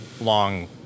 long